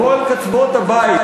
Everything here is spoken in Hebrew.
מכל קצוות הבית,